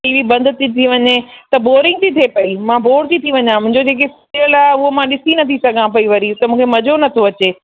T V बंदि थी थी वञे त बोरिंग थी थिए पेई मां बोर थी थी वञा मुंहिंजो जेको सीरियल आहे उहो मां ॾिसी नथी सघां पेई वरी त मूंखे मज़ो न थो अचे